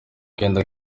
akenda